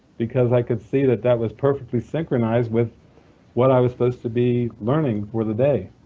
because i could see that that was perfectly synchronized with what i was supposed to be learning for the day.